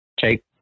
take